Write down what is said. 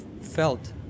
felt